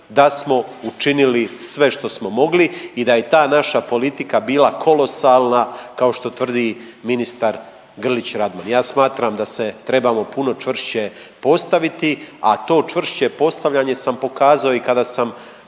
da smo učinili sve što smo mogli i da je ta naša politika bila kolosalna kao što tvrdi ministar Grlić Radman? Ja smatram da se trebamo puno čvršće postaviti, a to čvršće postavljanje sam pokazao i kada sam